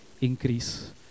increase